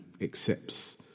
accepts